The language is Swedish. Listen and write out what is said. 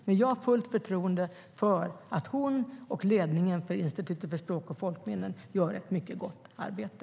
Men jag har fullt förtroende för att hon och ledningen för Institutet för språk och folkminnen gör ett mycket gott arbete.